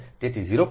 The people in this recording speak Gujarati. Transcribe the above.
તેથી તે 0